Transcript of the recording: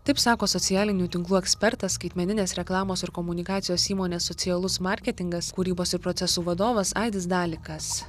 taip sako socialinių tinklų ekspertas skaitmeninės reklamos ir komunikacijos įmonės socialus marketingas kūrybos ir procesų vadovas aidis dalikas